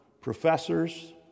professors